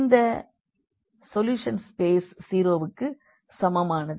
இந்த இன் solution space 0 வுக்கு சமமானது